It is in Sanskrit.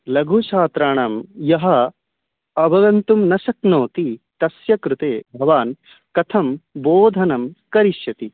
लघुचात्राणां यः अवगन्तुं न शक्नोति तस्य कृते भवान् कथं बोधनं करिष्यति